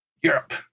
Europe